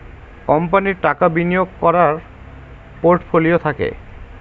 কোম্পানির টাকা বিনিয়োগ করার পোর্টফোলিও থাকে